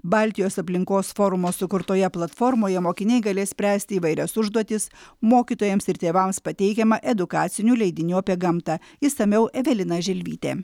baltijos aplinkos forumo sukurtoje platformoje mokiniai galės spręsti įvairias užduotis mokytojams ir tėvams pateikiama edukacinių leidinių apie gamtą išsamiau evelina želvytė